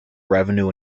revenue